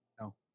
No